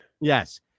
Yes